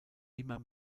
immer